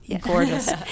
gorgeous